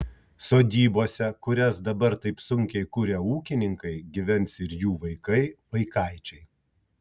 sodybose kurias dabar taip sunkiai kuria ūkininkai gyvens ir jų vaikai vaikaičiai